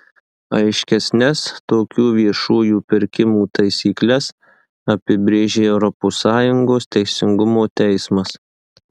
aiškesnes tokių viešųjų pirkimų taisykles apibrėžė europos sąjungos teisingumo teismas